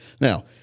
Now